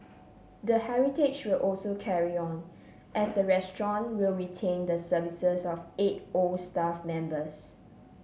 the heritage will also carry on as the restaurant will retain the services of eight old staff members